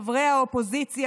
חברי האופוזיציה,